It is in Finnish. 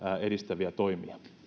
edistäviä toimia